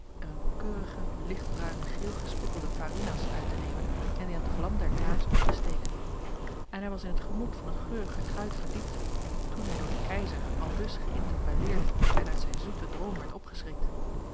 een keurigen lichtbruinen geel gespikkelden varinas uit te nemen en dien aan de vlam der kaars op te steken en hij was in het genot van het geurige kruid verdiept toen hij door den keizer aldus geïnterpelleerd en uit zijn zoeten droom werd opgeschrikt